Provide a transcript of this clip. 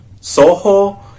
Soho